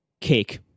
cake